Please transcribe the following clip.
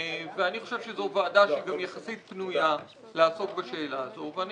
אני חושב שזו גם ועדה שהיא יחסית פנויה לעסוק בשאלה הזו ואני